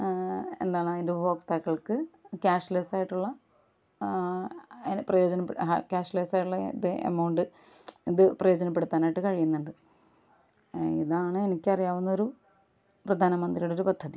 എന്താണ് അതിൻ്റെ ഉപഭോതാക്കൾക്ക് കാഷ്ലെസ്സായിട്ടുള്ള പ്രയോജനം കാഷ്ലെസ്സായിട്ടുള്ള ഇത് എമൗണ്ട് ഇത് പ്രയോജനപ്പെടുത്താനായിട്ട് കഴിയുന്നുണ്ട് ഇതാണ് എനിക്കറിയാവുന്ന ഒരു പ്രധാനമറ്റന്ത്രിയുടെ ഒരു പദ്ധതി